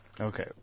Okay